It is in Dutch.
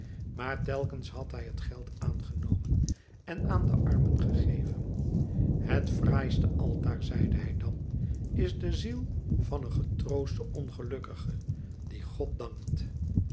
maar telkens had hij het geld aangenomen en aan de armen gegeven het fraaiste altaar zeide hij dan is de ziel van een getroosten ongelukkige die god dankt